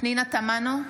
פנינה תמנו,